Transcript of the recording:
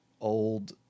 old